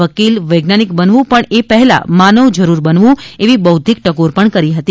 વકીલ વૈજ્ઞાનિક બનવું પણ એ પહેલા માનવ જરૂર બનવું એવીબૌદ્ધિક ટકોર કરી હતી